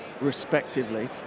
respectively